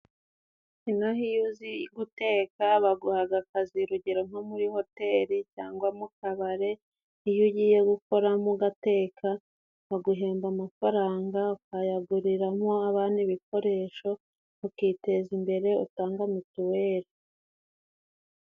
Inaha iyo uzi guteka, baguhaga akazi urugero nko muri hoteli, cyangwa mu kabare. Iyo ugiye gukoramo ugateka baguhemba amafaranga, ukayaguriramo abana ibikoresho, ukiteza imbere utanga mituweli.